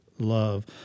Love